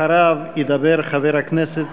אחריו ידבר חבר הכנסת